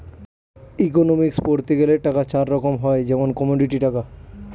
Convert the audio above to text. economics পড়তে গেলে টাকা চার রকম হয় যেমন কমোডিটি টাকা